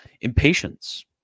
Impatience